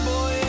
Boy